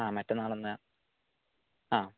ആ മറ്റന്നാൾ ഒന്ന് ആ